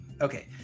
Okay